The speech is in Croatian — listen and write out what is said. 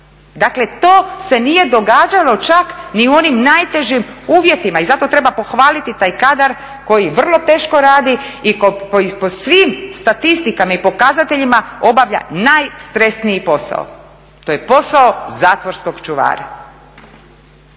Dakle, to se nije događalo čak ni u onim najtežim uvjetima i zato treba pohvaliti taj kadar koji vrlo teško radi i koji po svim statistikama i pokazateljima obavlja najstresniji posao. To je posao zatvorskog čuvara.